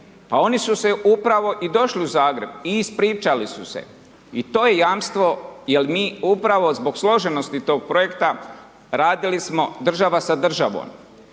pa oni su se i upravo došli u Zagreb i ispričali su se i to je jamstvo, jer mi upravo zbog složenosti tog projekta, radili smo država sa državom.